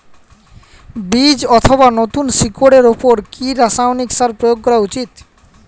বীজ অথবা নতুন শিকড় এর উপর কি রাসায়ানিক সার প্রয়োগ করা উচিৎ?